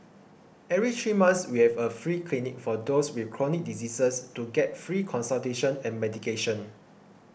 every three months we have a free clinic for those with chronic diseases to get free consultation and medication